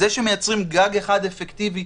זה שמייצרים גג אחד אפקטיבי,